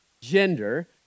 gender